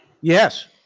Yes